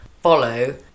follow